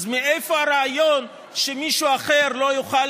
אז מאיפה הרעיון שמישהו אחר לא יוכל